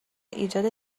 ایجاد